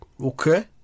Okay